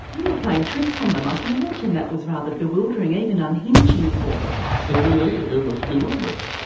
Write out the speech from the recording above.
you were playing tricks on them, i can imagine that was rather bewildering, even unhinging, for them. seemingly it was bewildering.